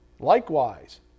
Likewise